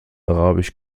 arabisch